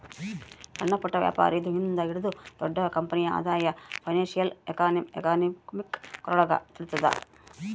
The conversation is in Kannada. ಸಣ್ಣಪುಟ್ಟ ವ್ಯಾಪಾರಿ ಇಂದ ಹಿಡಿದು ದೊಡ್ಡ ಕಂಪನಿ ಆದಾಯ ಫೈನಾನ್ಶಿಯಲ್ ಎಕನಾಮಿಕ್ರೊಳಗ ತಿಳಿತದ